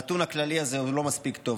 הנתון הכללי הזה הוא לא מספיק טוב.